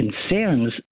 concerns